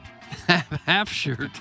Half-shirt